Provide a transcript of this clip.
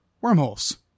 wormholes